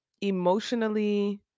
emotionally